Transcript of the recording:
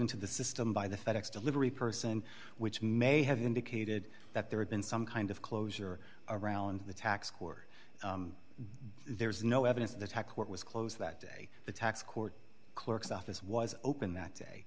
into the system by the fed ex delivery person which may have indicated that there had been some kind of closure around the tax court there is no evidence that court was closed that day the tax court clerk's office was open that day